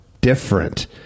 different